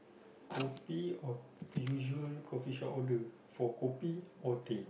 kopi or usual kopi shop order or for kopi or teh